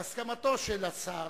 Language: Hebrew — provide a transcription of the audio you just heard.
בהסכמתו של השר,